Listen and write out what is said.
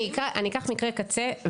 אני אקח מקרה קצה,